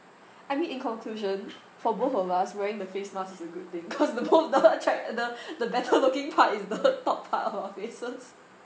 I mean in conclusion for both of us wearing the face mask is a good thing cause the both doesn't attract the better looking part is the top part of our faces